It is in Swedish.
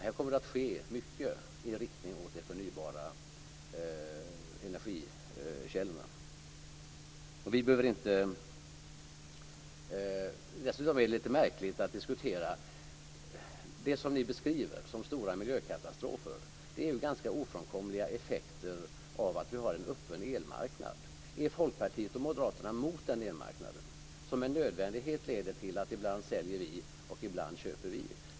Det kommer att ske mycket i riktning mot de förnybara energikällorna. Det som ni beskriver som stora miljökatastrofer är ganska ofrånkomliga effekter av att vi har en öppen elmarknad. Är Folkpartiet och Moderaterna mot den elmarknaden, som med nödvändighet leder till att vi ibland säljer och ibland köper?